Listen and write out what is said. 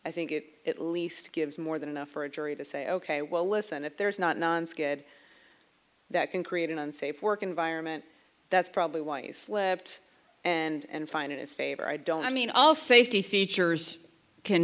i think it at least gives more than enough for a jury to say ok well listen if there's not nonskid that can create an unsafe work environment that's probably why i slept and fine in its favor i don't i mean all safety features can